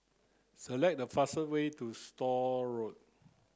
select the fastest way to Store Road